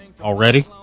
Already